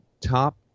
top